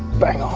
bang